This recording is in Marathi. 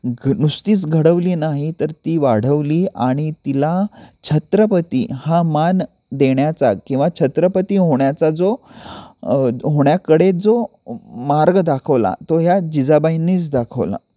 घ नुसतीच घडवली नाही तर ती वाढवली आणि तिला छत्रपती हा मान देण्याचा किंवा छत्रपती होण्याचा जो होण्याकडे जो मार्ग दाखवला तो ह्या जिजाबाईनीच दाखवला